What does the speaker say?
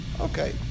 Okay